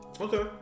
Okay